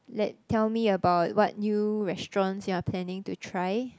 let tell me about what new restaurants you are planning to try